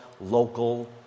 local